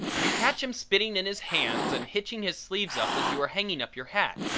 you catch him spitting in his hands and hitching his sleeves up as you are hanging up your hat.